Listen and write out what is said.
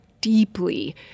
deeply